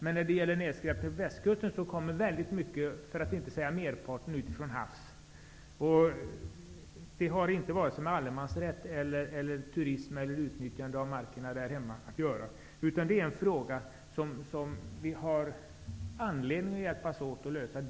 Mycket, för att inte säga merparten, av skräpet kommer dock från havet, och det har inte med vare sig allemansrätt, turism eller utnyttjande av markerna där nere att göra, utan det är en fråga som vi har all anledning att hjälpas åt för att lösa.